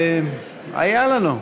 היה לנו.